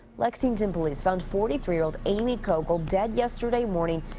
lexington police found forty three year old amy koegel dead yesterday morning,